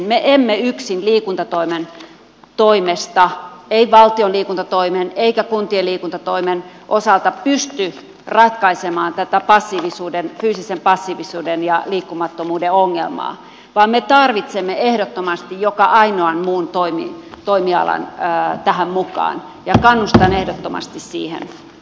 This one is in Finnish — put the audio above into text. me emme yksin liikuntatoimen toimesta ei valtion liikuntatoimen eikä kuntien liikuntatoimen osalta pysty ratkaisemaan tätä fyysisen passiivisuuden ja liikkumattomuuden ongelmaa vaan me tarvitsemme ehdottomasti joka ainoan muun toimialan tähän mukaan ja kannustan ehdottomasti siihen